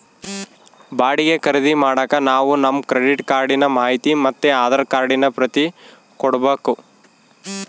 ಬಾಡಿಗೆ ಖರೀದಿ ಮಾಡಾಕ ನಾವು ನಮ್ ಕ್ರೆಡಿಟ್ ಕಾರ್ಡಿನ ಮಾಹಿತಿ ಮತ್ತೆ ಆಧಾರ್ ಕಾರ್ಡಿನ ಪ್ರತಿ ಕೊಡ್ಬಕು